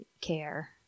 care